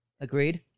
Agreed